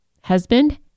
husband